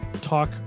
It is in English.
talk